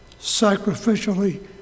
sacrificially